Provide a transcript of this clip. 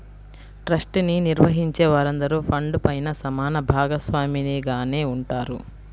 trust ని నిర్వహించే వారందరూ ఫండ్ పైన సమాన భాగస్వామిగానే ఉంటారు